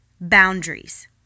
boundaries